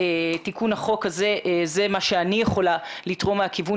תיקון החוק הזה זה מה שאני יכולה לתרום מהכיוון